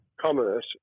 commerce